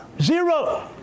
zero